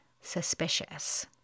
suspicious